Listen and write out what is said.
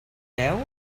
veu